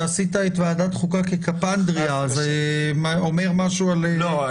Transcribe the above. שעשית את וועדת חוקה כקפנדרייה אז זה אומר משהו על --- לא.